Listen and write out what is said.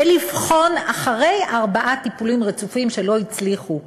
ולבחון אחרי ארבעה טיפולים רצופים שלא הצליחו,